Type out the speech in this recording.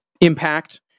impact